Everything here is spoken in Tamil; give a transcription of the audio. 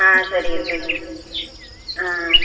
ஆ சரிங்க சரிங்க ஆ